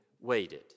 waited